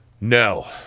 No